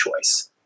choice